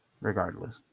regardless